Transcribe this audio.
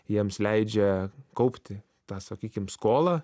jiems leidžia kaupti tą sakykim skolą